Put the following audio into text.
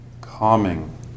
Calming